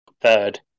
third